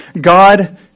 God